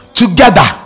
together